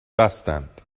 بستند